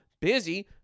busy